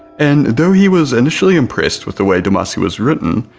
and though he was initially impressed with the way domasi was written,